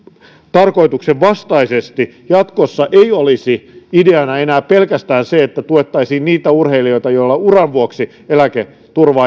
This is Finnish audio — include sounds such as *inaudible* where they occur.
tarkoituksen vastaisesti jatkossa ei olisi ideana enää pelkästään se että tuettaisiin niitä urheilijoita joilla uran vuoksi eläketurva *unintelligible*